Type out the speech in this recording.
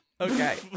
Okay